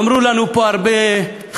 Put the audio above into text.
אמרו לנו פה הרבה חכמים: